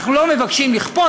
אנחנו לא מבקשים לכפות.